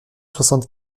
soixante